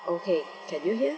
okay can you hear